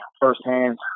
firsthand